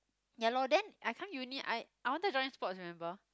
ya lor then I come uni I I want to join sports remember